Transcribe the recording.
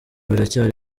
biracyari